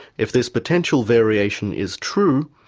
if this potential variation is true,